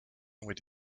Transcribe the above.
with